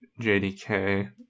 JDK